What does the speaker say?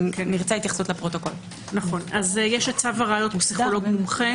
יש צו הראיות פסיכולוג מומחה